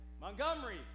Montgomery